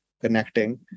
connecting